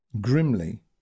Grimly